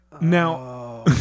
Now